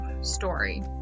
story